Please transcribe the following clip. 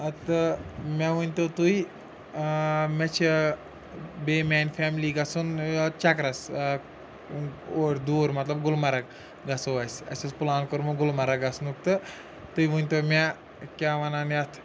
تہٕ مےٚ ؤنۍ تو تُہۍ مےٚ چھِ بیٚیہِ میٛانہِ فیملی گژھُن چکرَس اوٗرۍ دوٗر مطلب گُلمرگ گژھو أسۍ اَسہِ اوس پٕلان کوٚرمُت گُلمرگ گژھنُک تہٕ تُہۍ ؤنۍ تو مےٚ کیٛاہ وَنان یَتھ